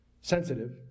sensitive